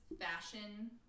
fashion